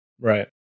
Right